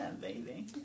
baby